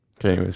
Okay